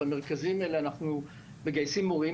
במרכזים האלה אנחנו מגייסים מורים,